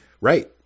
right